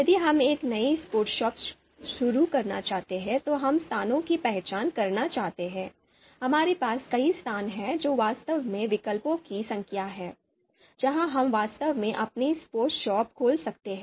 यदि हम एक नई स्पोर्ट्स शॉप खोलना चाहते हैं तो हम स्थानों की पहचान करना चाहते हैं हमारे पास कई स्थान हैं जो वास्तव में विकल्पों की संख्या हैं जहां हम वास्तव में अपनी स्पोर्ट्स शॉप खोल सकते हैं